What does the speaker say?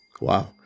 wow